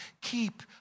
keep